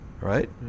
Right